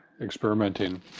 experimenting